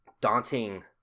daunting